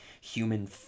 human